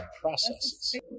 processes